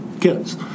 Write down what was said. kids